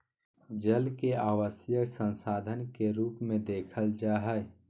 जल के आवश्यक संसाधन के रूप में देखल जा हइ